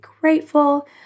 grateful